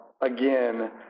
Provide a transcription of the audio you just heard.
Again